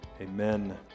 Amen